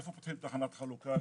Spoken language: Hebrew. איפה פותחים תחנת חלוקה,